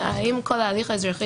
אני יכול לתת